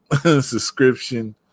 subscription